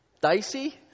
Dicey